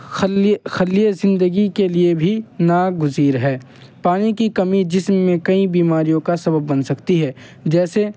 خلیے خلیے زندگی کے لیے بھی ناگزیر ہے پانی کی کمی جسم میں کئی بیماریوں کا سبب بن سکتی ہے جیسے